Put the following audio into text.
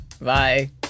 Bye